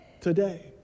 today